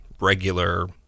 regular